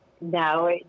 No